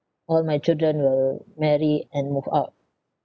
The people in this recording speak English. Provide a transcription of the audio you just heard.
all my children will marry and move out